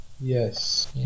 yes